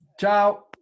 ciao